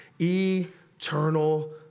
eternal